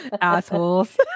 Assholes